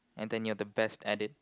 and then you have the best edit